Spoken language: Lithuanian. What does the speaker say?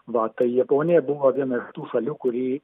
va tai japonija buvo viena iš tų šalių kuri